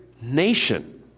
nation